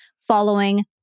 following